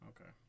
okay